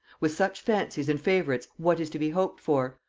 with such fancies and favorites what is to be hoped for?